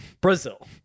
brazil